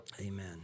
Amen